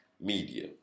media